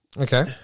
Okay